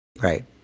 Right